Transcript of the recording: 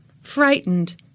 frightened